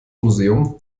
museum